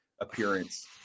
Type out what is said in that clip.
appearance